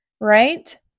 right